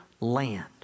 land